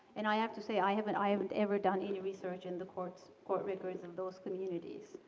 and i have to say, i haven't i haven't ever done in the research in the courts court records of those communities.